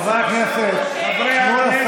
חברי הכנסת, אנא.